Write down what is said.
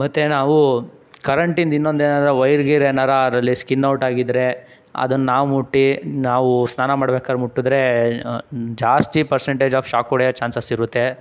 ಮತ್ತು ನಾವು ಕರೆಂಟಿಂದು ಇನ್ನೊಂದು ಏನು ಅಂದರೆ ವೈರ್ ಗೀರ್ ಏನಾರು ಅದರಲ್ಲಿ ಸ್ಕಿನ್ ಔಟ್ ಆಗಿದ್ದರೆ ಅದನ್ನ ನಾವು ಮುಟ್ಟಿ ನಾವು ಸ್ನಾನ ಮಾಡ್ಬೇಕಾರೆ ಮುಟ್ಟಿದ್ರೆ ಜಾಸ್ತಿ ಪರ್ಸಂಟೇಜ್ ಆಫ್ ಶಾಕ್ ಹೊಡಿಯೋ ಚಾನ್ಸಸ್ ಇರುತ್ತೆ